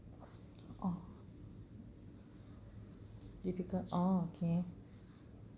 orh difficult oh okay